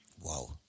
Wow